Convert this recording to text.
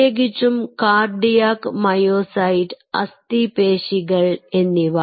പ്രത്യേകിച്ചും cardiac myocyte അസ്ഥി പേശികൾ എന്നിവ